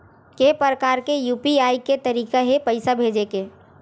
के प्रकार के यू.पी.आई के तरीका हे पईसा भेजे के?